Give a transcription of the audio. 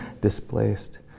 displaced